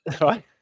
right